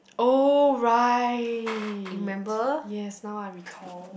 oh right yes now I recall